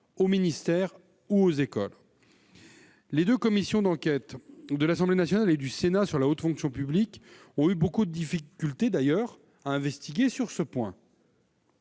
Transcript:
au ministère ou à l'école. Ainsi, les deux commissions d'enquête de l'Assemblée nationale et du Sénat sur la haute fonction publique ont eu de nombreuses difficultés pour investiguer sur ce point.